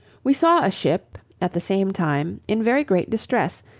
we saw a ship, at the same time, in very great distress,